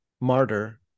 martyr